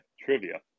trivia